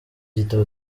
gitabo